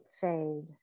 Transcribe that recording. fade